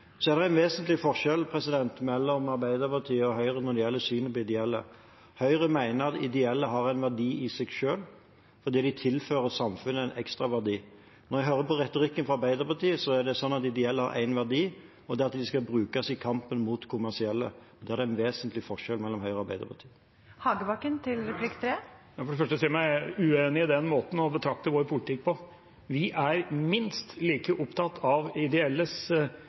er en vesentlig forskjell mellom Arbeiderpartiet og Høyre når det gjelder synet på ideelle. Høyre mener de ideelle har en verdi i seg selv, og at de vil tilføre samfunnet en ekstra verdi. Når jeg hører på retorikken fra Arbeiderpartiet, er det slik at ideelle har én verdi, og det er at de skal brukes i kampen mot kommersielle. Der er det en vesentlig forskjell mellom Høyre og Arbeiderpartiet. Jeg vil for det første si meg uenig i den måten å betrakte vår politikk på. Vi er minst like opptatt av ideell virksomhet som regjeringspartiene er, fordi det har stor verdi. Samtidig prioriterer vi helt klart de ideelle